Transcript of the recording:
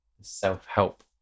self-help